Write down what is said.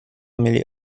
mieli